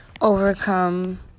overcome